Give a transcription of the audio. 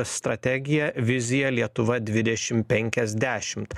strategiją viziją lietuva dvidešim penkiasdešimt